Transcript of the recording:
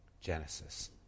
Genesis